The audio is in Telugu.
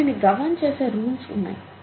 వీటిని గవర్న్ చేసే రూల్స్ ఉన్నాయి